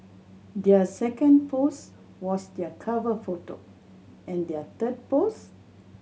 their second post was their cover photo and their third post